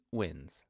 wins